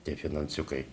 tie finansiukai